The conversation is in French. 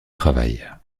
travail